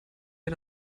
wir